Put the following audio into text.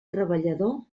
treballador